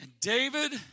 David